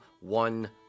one